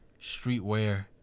streetwear